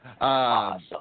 Awesome